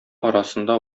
арасында